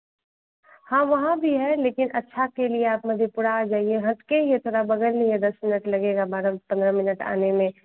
हाँ वहाँ भी है लेकिन अच्छा के लिए आप मधेपुरा आ जाइए हट के ही है थोड़ा बगल ही है दस मिनट लगेगा बारह पन्द्रह मिनट आने में